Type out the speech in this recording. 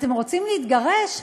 אתם רוצים להתגרש?